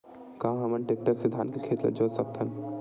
का हमन टेक्टर से धान के खेत ल जोत सकथन?